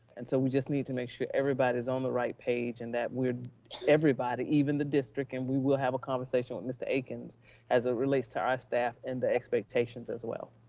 and so we just need to make sure everybody's on the right page and that we're everybody, even the district, and we will have a conversation with mr. akin as it ah relates to our staff and the expectations as well.